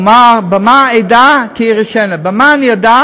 אמר: "במה אדע כי אירשנה" במה אני אדע